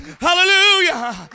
Hallelujah